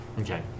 Okay